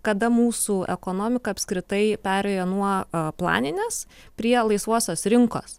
kada mūsų ekonomika apskritai perėjo nuo planinės prie laisvosios rinkos